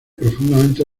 profundamente